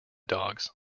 dogs